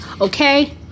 okay